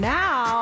now